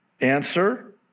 Answer